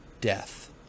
death